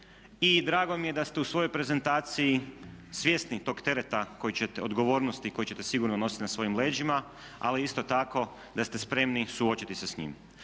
i drago mi je da ste u svojoj prezentaciji svjesni tog tereta odgovornosti koji ćete sigurno nositi na svojim leđima, ali isto tako da ste spremni suočiti se s njim.